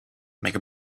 make